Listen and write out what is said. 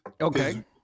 Okay